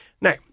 Now